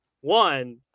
One